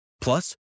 Plus